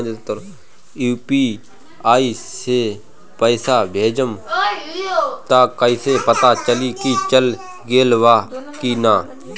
UPI से पइसा भेजम त कइसे पता चलि की चल गेल बा की न?